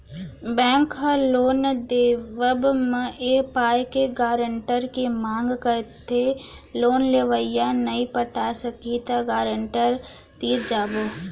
bank ह loan देवब म ए पाय के गारेंटर के मांग करथे लोन लेवइया नइ पटाय सकही त गारेंटर तीर जाबो